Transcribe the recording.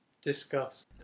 discuss